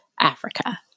Africa